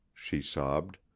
she sobbed.